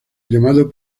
llamado